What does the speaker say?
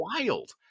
wild